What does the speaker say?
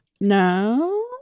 No